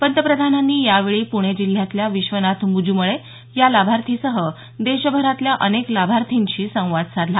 पंतप्रधानांनी यावेळी पुणे जिल्ह्यातल्या विश्वनाथ म्जुमळे या लाभार्थींसह देशभरातल्या अनेक लाभार्थींशी संवाद साधला